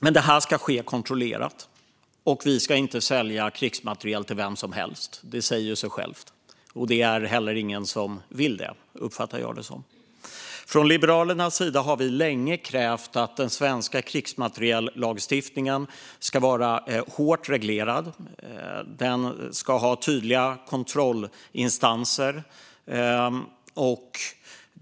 Detta ska dock ske kontrollerat, och vi ska inte sälja krigsmateriel till vem som helst; det säger sig självt. Det är heller ingen som vill det, uppfattar jag det som. Liberalerna har länge krävt att den svenska krigsmateriellagstiftningen ska vara hårt reglerad och ha tydliga kontrollinstanser.